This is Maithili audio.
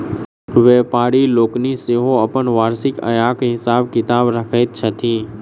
व्यापारि लोकनि सेहो अपन वार्षिक आयक हिसाब किताब रखैत छथि